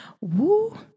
Woo